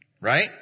Right